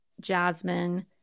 jasmine